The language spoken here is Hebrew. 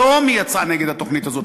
היום היא יצאה נגד התוכנית הזו,